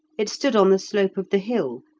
it stood on the slope of the hill,